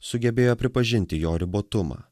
sugebėjo pripažinti jo ribotumą